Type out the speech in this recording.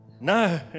No